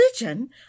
religion